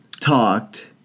talked